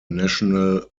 national